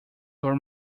your